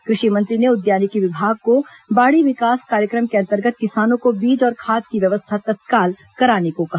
कृषि मंत्री ने उद्यानिकी विभाग को बाड़ी विकास कार्यक्रम के अंतर्गत किसानों को बीज और खाद की व्यवस्था तत्काल कराने को कहा